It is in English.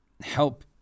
help